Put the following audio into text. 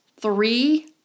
three